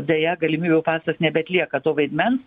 deja galimybių pasas nebeatlieka to vaidmens